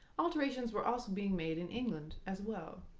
alterations were also being made in england, as well.